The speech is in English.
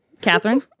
Catherine